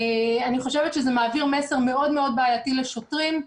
אני חושבת שזה מעביר מסר מאוד-מאוד בעייתי לשוטרים.